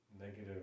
negative